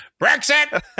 Brexit